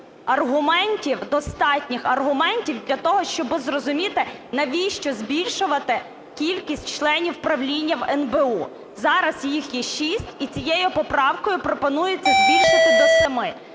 аргументів, достатніх аргументів для того, щоб зрозуміти, навіщо збільшувати кількість членів правління в НБУ. Зараз їх є 6, і цією поправкою пропонується збільшити до 7-ми.